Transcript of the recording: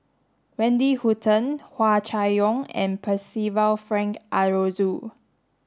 Wendy Hutton Hua Chai Yong and Percival Frank Aroozoo